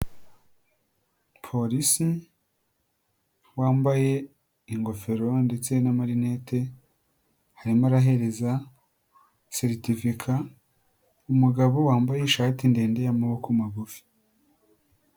Polisi wambaye ingofero ndetse n'amarinete harimo arahereza seritifika umugabo wambaye ishati ndende y'amaboko magufi.